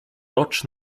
rocz